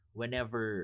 whenever